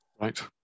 Right